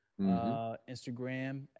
Instagram